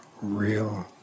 real